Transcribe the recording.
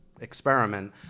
experiment